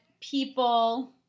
people